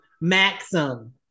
Maxim